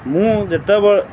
ମୁଁ ଯେତେ